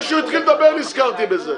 איך שהוא התחיל לדבר נזכרתי בזה.